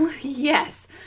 Yes